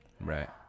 Right